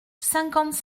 cinquante